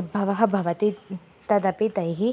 उद्भवः भवति तदपि तैः